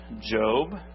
Job